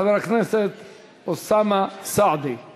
חבר הכנסת אוסאמה סעדי,